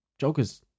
joggers